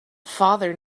father